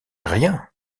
rien